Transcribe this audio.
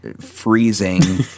freezing